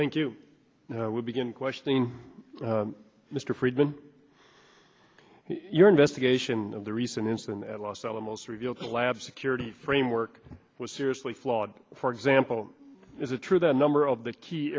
thank you we'll begin questioning mr friedman your investigation of the recent incident at los alamos revealed the lab security framework was seriously flawed for example is it true the number of the key